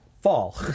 fall